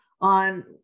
on